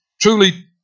truly